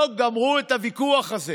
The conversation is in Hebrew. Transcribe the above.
לא גמרו את הוויכוח הזה,